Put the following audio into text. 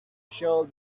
sure